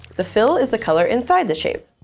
the fill is the color inside the shape.